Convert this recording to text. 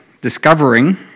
discovering